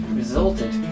resulted